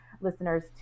listeners